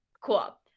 cool